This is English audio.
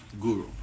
Guru